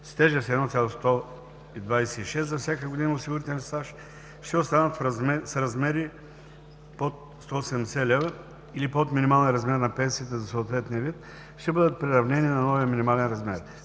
с тежест 1,126 за всяка година осигурителен стаж, ще останат с размери под 180 лв. или под минималния размер на пенсията за съответния вид, ще бъдат приравнени на новия минимален размер.